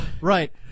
Right